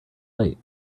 late